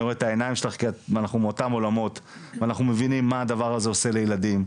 אנחנו מבינים מה הדבר הזה עושה לילדים.